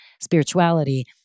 spirituality